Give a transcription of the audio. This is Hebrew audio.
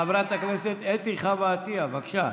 חברת הכנסת אתי חוה עטייה, בבקשה.